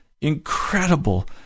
incredible